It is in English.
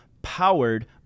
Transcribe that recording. powered